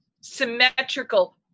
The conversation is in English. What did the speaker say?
symmetrical